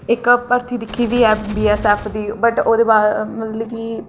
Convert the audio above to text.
इक भरथी दिक्खी बी ऐ बी एस एफ दी बट ओह्दे बाद मतलब कि